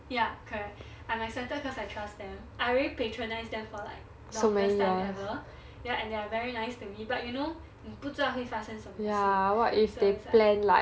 ya correct I'm excited cause I trust them I already patronised them for like the longest time ever ya and they are very nice to me but you know 你不知道会发生什么事 so it's like